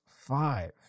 five